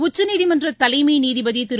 உச்சநீதிமன்ற் தலைமை நீதிபதி திரு